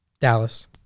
Dallas